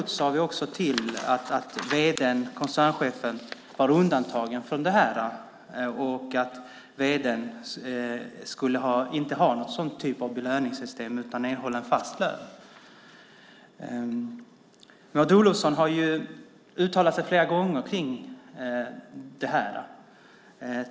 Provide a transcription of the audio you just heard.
Vi såg också till att vd:n och koncernchefen skulle vara undantagna från det här och inte skulle ha någon sådan typ av belöningssystem utan erhålla en fast lön. Maud Olofsson har uttalat sig flera gånger om det här.